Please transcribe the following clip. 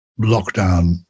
lockdown